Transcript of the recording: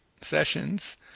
sessions